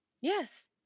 Yes